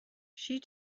she